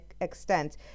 extent